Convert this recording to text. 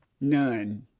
None